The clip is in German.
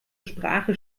sprache